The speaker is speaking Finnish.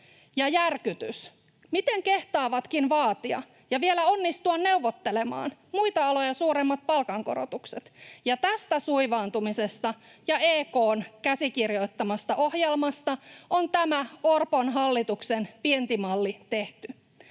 ja järkytys — miten kehtaavatkin vaatia ja vielä onnistua neuvottelemaan muita aloja suuremmat palkankorotukset — ja tästä suivaantumisesta ja EK:n käsikirjoittamasta ohjelmasta on tämä Orpon hallituksen vientimalli tehty.